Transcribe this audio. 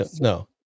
no